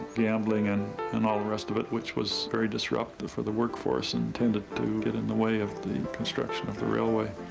gambling and and all the rest of it which was very disruptive for the workforce and tended to get in the way of the construction of the railway.